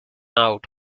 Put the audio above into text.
out